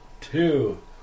two